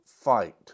fight